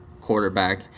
quarterback